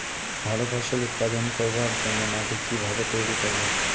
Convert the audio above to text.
ভালো ফসল উৎপাদন করবার জন্য মাটি কি ভাবে তৈরী করব?